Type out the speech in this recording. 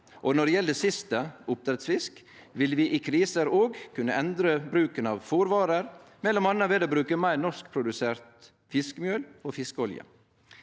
Når det gjeld det siste, oppdrettsfisk, vil vi i kriser òg kunne endre bruken av fôrråvarer, m.a. ved å bruke meir norskprodusert fiskemjøl og fiskeolje.